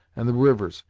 and the rivers,